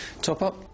Top-up